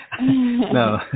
No